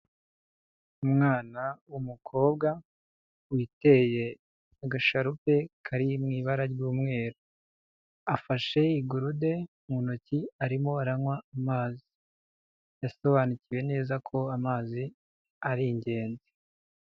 Umwana w'umukobwa witeye agasharupe kari mu ibara ry'umweru, afashe igurude mu ntoki arimo aranywa amazi, yasobanukiwe neza ko amazi ari ingenzi.